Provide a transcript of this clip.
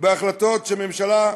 בהחלטות ממשלה,